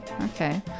okay